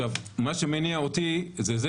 אז מה שמניע אותי זה,